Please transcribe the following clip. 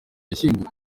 yashyinguwe